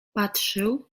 patrzył